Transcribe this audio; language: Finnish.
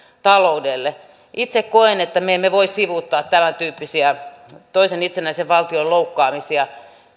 taloudelle itse koen että me emme voi sivuuttaa tämäntyyppisiä toisen itsenäisen valtion loukkaamisia